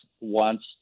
wants